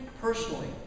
personally